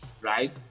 right